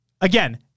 again